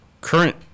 current